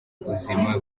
buzima